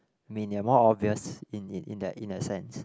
mean they are more obvious in in in that in that sense